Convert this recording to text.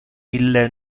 ille